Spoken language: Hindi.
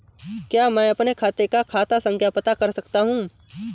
क्या मैं अपने खाते का खाता संख्या पता कर सकता हूँ?